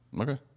Okay